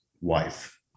wife